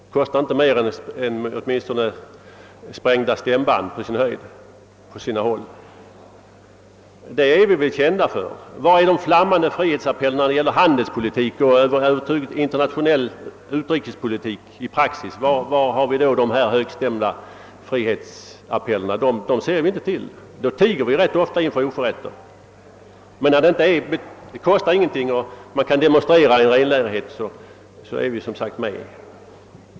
Det kostar inte mer än möjligen på sina håll sprängda stämband. Sådant är vi väl kända för. Var är de högstämda frihetsappellerna då det gäller handelspolitik och över huvud taget utrikespolitik. Då tiger vi rätt ofta inför oförrätter, men när det inte kostar någonting och man kan demonstrera i renlärighet är vi som sagt med.